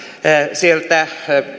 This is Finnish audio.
sieltä